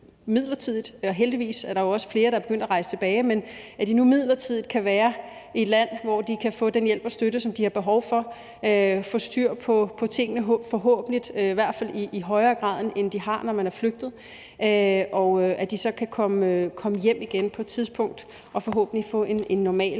og heldigvis er der jo også flere, der er begyndt at rejse tilbage – kan være i et land, hvor de kan få den hjælp og støtte, som de har behov for. Det er også, så de kan få styr på tingene – forhåbentlig i højere grad, end man ellers har, når man er flygtet – og kan komme hjem igen på et tidspunkt og forhåbentlig få en normal